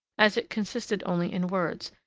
as it consisted only in words,